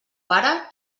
pare